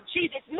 Jesus